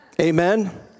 Amen